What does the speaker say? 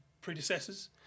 predecessors